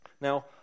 Now